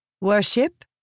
Worship